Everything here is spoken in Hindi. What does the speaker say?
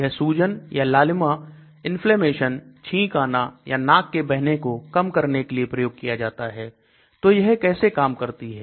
यह सूजन या लालिमा इन्फ्लेमेशन छींक आना या नाक के बहने को कम करने के लिए प्रयोग किया जाता हैतो यह कैसे काम करती है